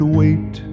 wait